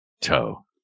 toe